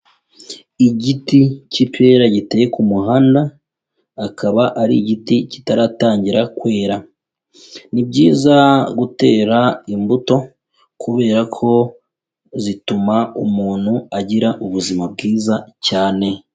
Igiti cy'ipera giteye ku muhanda, akaba ari igiti kitaratangira kwera. Ni byiza gutera imbuto kubera ko zituma umuntu agira ubuzima bwiza cyane.